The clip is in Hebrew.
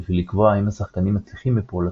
ולקבוע האם השחקנים מצליחים בפעולותיהם.